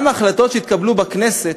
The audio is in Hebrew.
גם החלטות שהתקבלו בכנסת,